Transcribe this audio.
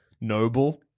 noble